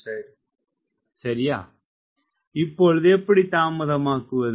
சரி இப்பொழுது எப்படி தாமதமாக்குவது